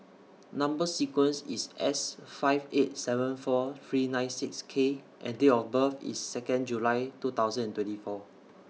Number sequence IS S five eight seven four three nine six K and Date of birth IS Second July two thousand and twenty four